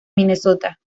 minnesota